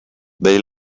they